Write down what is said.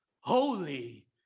holy